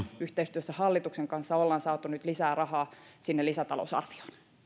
yhteistyössä hallituksen kanssa ollaan saatu nyt lisää rahaa sinne lisätalousarvioon